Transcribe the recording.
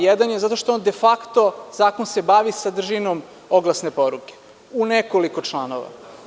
Jedan je zato što de fakto zakon se bavi sadržinom oglasne poruke u nekoliko članova.